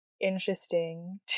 interesting